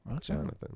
Jonathan